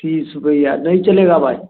तीस रुपैया नहीं चलेगा भाई